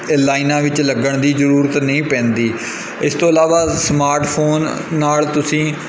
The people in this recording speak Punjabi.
ਇ ਲਾਈਨਾਂ ਵਿੱਚ ਲੱਗਣ ਦੀ ਜ਼ਰੂਰਤ ਨਹੀਂ ਪੈਂਦੀ ਇਸ ਤੋਂ ਇਲਾਵਾ ਸਮਾਰਟਫੋਨ ਨਾਲ ਤੁਸੀਂ